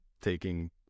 taking